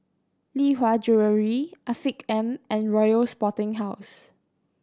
Lee Hwa Jewellery Afiq M and Royal Sporting House